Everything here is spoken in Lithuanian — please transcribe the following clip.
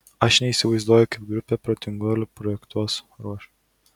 aš neįsivaizduoju kaip grupė protinguolių projektus ruoš